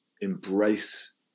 embrace